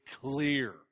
clear